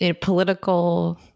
political